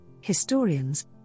historians